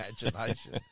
imagination